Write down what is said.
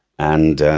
and